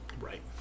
right